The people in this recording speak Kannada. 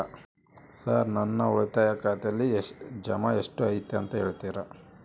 ಸರ್ ನನ್ನ ಉಳಿತಾಯ ಖಾತೆಯಲ್ಲಿ ಜಮಾ ಎಷ್ಟು ಐತಿ ಅಂತ ಹೇಳ್ತೇರಾ?